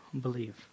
believe